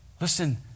listen